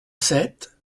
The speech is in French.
sept